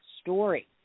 story